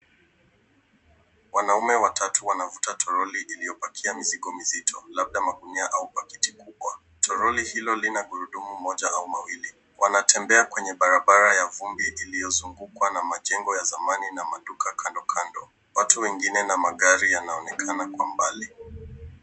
Wanaume watatu wanavuta toroli iliyopakia mizigo mizito, labda magunia au pakiti kubwa. Toroli hilo lina gurudumu moja au mawili. Wanatembea kwenye barabara yenye vumbi iliyozungukwa na majengo ya zamani kando kando. Watu wengine na magari yanaonekana kwa mbali.